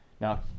now